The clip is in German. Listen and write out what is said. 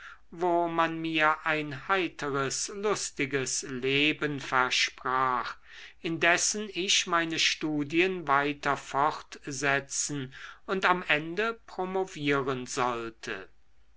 wo man mir ein heiteres lustiges leben versprach indessen ich meine studien weiter fortsetzen und am ende promovieren sollte